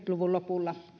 luvun lopulla